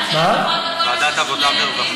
ביקשה, הוועדה, אני מציע ועדת העבודה והרווחה.